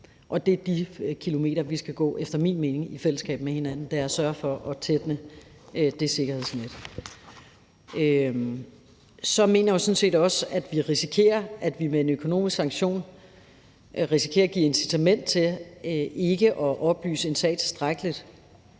Og det er de kilometer, vi efter min mening skal gå i fællesskab med hinanden for at sørge for at få tætnet det sikkerhedsnet. Jeg mener sådan set også, at vi med en økonomisk sanktion risikerer at give incitament til ikke at oplyse en sag tilstrækkeligt,